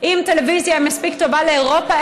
אם טלוויזיה היא מספיק טובה לאירופה,